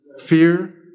Fear